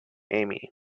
amy